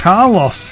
Carlos